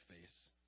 face